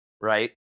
right